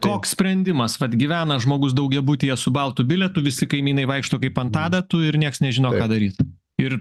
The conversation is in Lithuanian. koks sprendimas vat gyvena žmogus daugiabutyje su baltu bilietu visi kaimynai vaikšto kaip ant adatų ir nieks nežino ką daryt ir